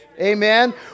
amen